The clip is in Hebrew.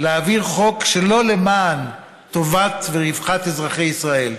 להעביר חוק שלא למען טובתם ורווחתם של אזרחי ישראל.